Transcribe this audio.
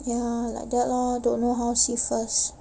ya like that lor don't know how see first